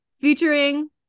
Featuring